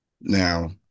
Now